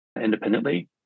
independently